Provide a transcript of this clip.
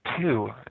two